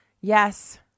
yes